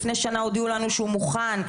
לפני שנה הודיעו לנו שהוא מוכן,